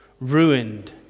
ruined